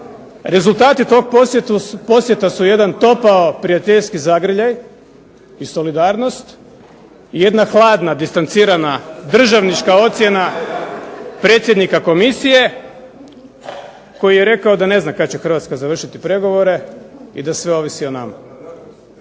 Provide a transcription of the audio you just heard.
Rezultat tog posjeta su jedan topao prijateljski zagrljaj i solidarnost i jedna hladna, distancirana, državnička ocjena predsjednika Komisije koji je rekao da ne zna kad će Hrvatska završiti pregovore i da sve ovisi o nama.